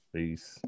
Peace